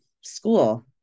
school